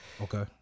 Okay